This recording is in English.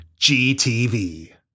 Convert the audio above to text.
GTV